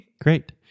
Great